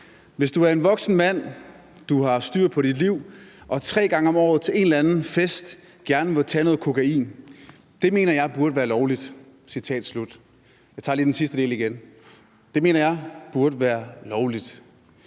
Hvis du er en voksen mand, du har styr på dit liv og tre gange om året til en eller anden fest gerne vil tage noget kokain, mener jeg det burde være lovligt. Jeg tager lige den sidste del igen: Det burde være lovligt.